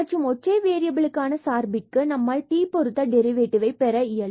மற்றும் ஒற்றை வேறியபிலுக்கான சார்பிற்க்கு நம்மால் t பொருத்த டெரிவேட்டிவ் ஐ பெற இயலும்